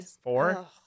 four